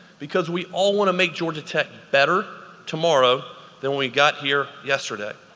because we all wanna make georgia tech better tomorrow than we got here yesterday.